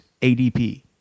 ADP